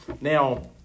Now